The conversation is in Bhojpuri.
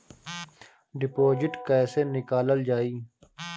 डिपोजिट कैसे निकालल जाइ?